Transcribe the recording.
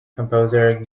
composer